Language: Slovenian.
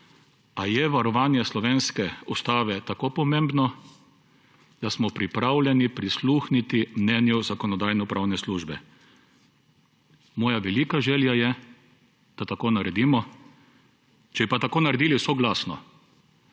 je varovanje slovenske ustave tako pomembno, da smo pripravljeni prisluhniti mnenju Zakonodajno-pravne službe. Moja velika želja je, da tako naredimo. Če bi pa tako naredili soglasno,